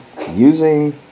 Using